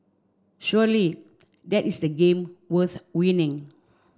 surely that is the game worth winning